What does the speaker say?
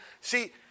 See